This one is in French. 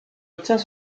obtient